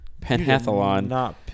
pentathlon